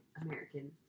American